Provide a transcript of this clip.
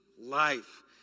life